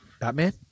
Batman